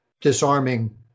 disarming